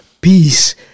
peace